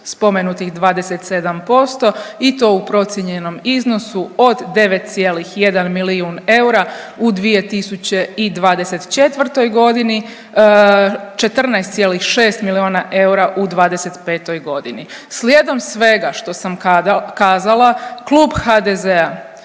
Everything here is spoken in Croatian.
spomenutih 27% i to u procijenjenom iznosu od 9,1 milijun eura u 2024. godini, 14,6 milijuna eura u '25. godini. Slijedom svega što sam kazala, klub HDZ-a